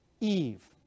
Eve